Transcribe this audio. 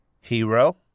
Hero